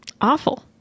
Awful